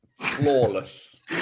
Flawless